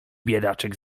biedaczek